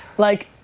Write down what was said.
like,